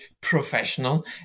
professional